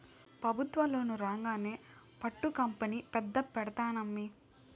పెబుత్వ లోను రాంగానే పట్టు కంపెనీ పెద్ద పెడ్తానమ్మీ